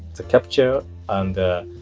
the capture and the